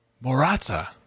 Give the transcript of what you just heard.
Morata